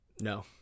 no